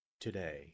today